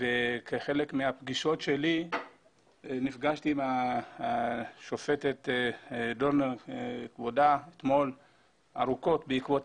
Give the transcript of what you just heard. וכחלק מהפגישות שלי נפגשתי עם השופטת דורנר אתמול לשיחה ארוכה בעקבות